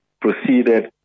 proceeded